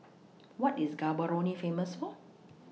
What IS Gaborone Famous For